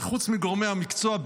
שחוץ מגורמי המקצוע,